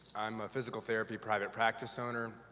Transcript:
i'm a physical therapy private practice owner,